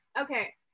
okay